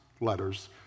letters